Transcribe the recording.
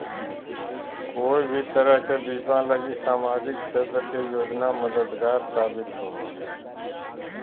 कोय भी तरह के बीमा लगी सामाजिक क्षेत्र के योजना मददगार साबित होवो हय